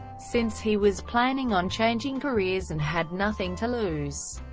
since he was planning on changing careers and had nothing to lose.